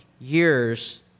years